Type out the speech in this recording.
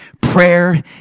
prayer